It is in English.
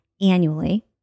annually